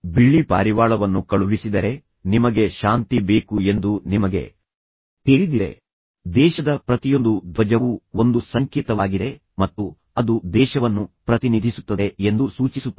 ಬಿಳಿ ಪಾರಿವಾಳವನ್ನು ಕಳುಹಿಸಿದರೆ ನಿಮಗೆ ಶಾಂತಿ ಬೇಕು ಎಂದು ನಿಮಗೆ ತಿಳಿದಿದೆ ದೇಶದ ಪ್ರತಿಯೊಂದು ಧ್ವಜವು ಒಂದು ಸಂಕೇತವಾಗಿದೆ ಮತ್ತು ಅದು ದೇಶವನ್ನು ಪ್ರತಿನಿಧಿಸುತ್ತದೆ ಎಂದು ಸೂಚಿಸುತ್ತದೆ